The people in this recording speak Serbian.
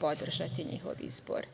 podržati njihov izbor.